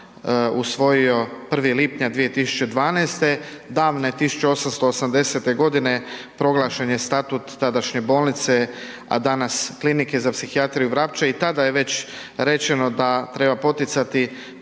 usvojio 1. lipnja 2012., davne 1880. godine proglašen je statut tadašnje bolnice a danas Klinike za psihijatriju Vrapče. I tada je već rečeno da treba poticati